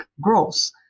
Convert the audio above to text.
growth